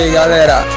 galera